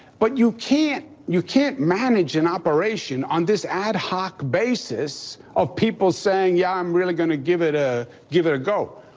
but you can't you can't manage an operation on this ad hoc basis of people saying, yeah, i'm really going to give it ah give it a go.